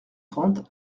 trente